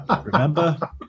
Remember